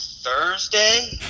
Thursday